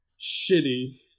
shitty